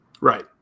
Right